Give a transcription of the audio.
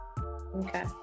Okay